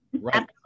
Right